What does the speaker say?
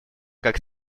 как